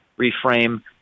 reframe